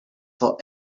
for